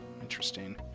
Interesting